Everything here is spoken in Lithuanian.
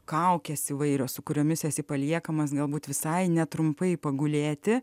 kaukės įvairios su kuriomis esi paliekamas galbūt visai netrumpai pagulėti